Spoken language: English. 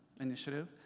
initiative